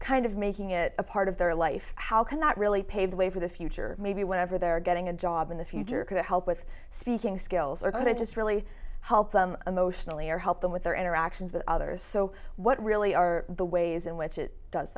kind of making it a part of their life how can that really pave the way for the future maybe whenever they're getting a job in the future could help with speaking skills are going to just really help them emotionally or help them with their interactions with others so what really are the ways in which it does